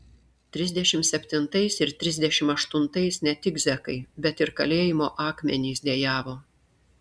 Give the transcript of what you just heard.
trisdešimt septintais ir trisdešimt aštuntais ne tik zekai bet ir kalėjimo akmenys dejavo